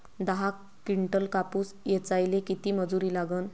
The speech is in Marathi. दहा किंटल कापूस ऐचायले किती मजूरी लागन?